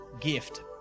gift